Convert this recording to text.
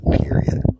period